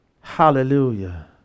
Hallelujah